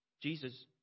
Jesus